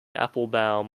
applebaum